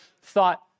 thought